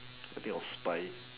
I think of spy